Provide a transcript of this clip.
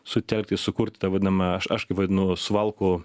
sutelkti sukurti tą vadinamą aš aš kaip vadinu suvalkų